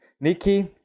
Nikki